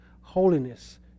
holiness